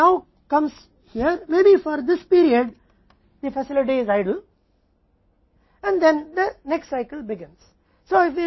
तो एक बार फिर से चक्र अब यहाँ आता है इस अवधि के लिए हो सकता है सुविधा निष्क्रिय है और फिर अगले चक्र शुरू होता है